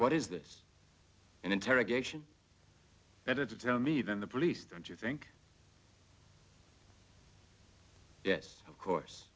what is this interrogation better to tell me then the police don't you think yes of course